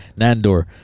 Nandor